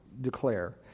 declare